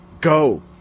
go